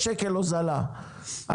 אז זה 15 שקל הוזלה,